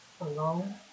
alone